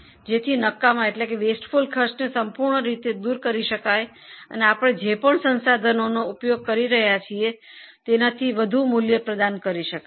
જેથી નકામા ખર્ચને સંપૂર્ણ રીતે દૂર કરી શકાય અને જે પણ સાધનોનો ઉપયોગ કરી રહ્યા છીએ તેનાથી વધુ મૂલ્ય મળી શકે છે